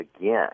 again